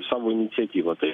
savo iniciatyva tai